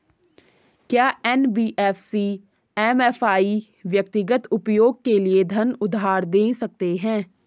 क्या NBFC MFI व्यक्तिगत उपयोग के लिए धन उधार दें सकते हैं?